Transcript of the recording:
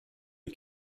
les